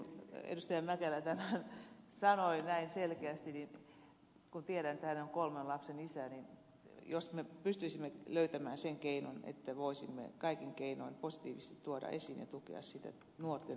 mäkelä tämän sanoi näin selkeästi tiedän että hän on kolmen lapsen isä niin jospa me pystyisimme löytämään sen keinon että voisimme kaikin keinoin positiivisesti tuoda esiin ja tukea sitä nuorten uutta asennetta